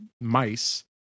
mice